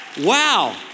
wow